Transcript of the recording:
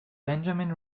benjamin